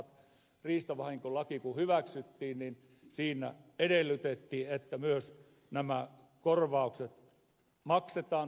kun riistavahinkolaki hyväksyttiin niin siinä edellytettiin että myös nämä korvaukset maksetaan täysimääräisinä